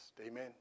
Amen